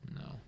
No